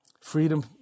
freedom